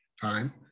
time